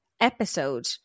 episode